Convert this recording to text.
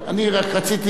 אני רק רציתי,